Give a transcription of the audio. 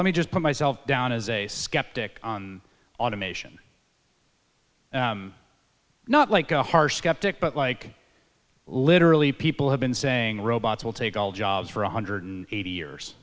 let me just put myself down as a skeptic on automation not like a harsh skeptic but like literally people have been saying robots will take all jobs for a hundred and eighty years